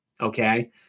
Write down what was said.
okay